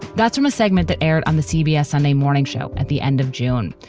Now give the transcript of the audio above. that's from a segment that aired on the cbs sunday morning show at the end of june.